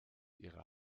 ihre